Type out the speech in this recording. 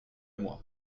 moi